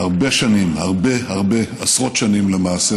הרבה שנים, הרבה הרבה, עשרות שנים למעשה